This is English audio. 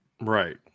Right